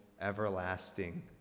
everlasting